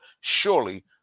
surely